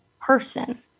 person